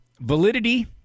validity